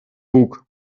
bug